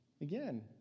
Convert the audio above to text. Again